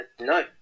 no